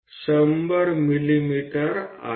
તે 100 mm છે